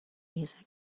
music